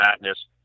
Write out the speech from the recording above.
Madness